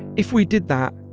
if we did that,